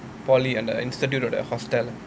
polytechnic like the institute of hostel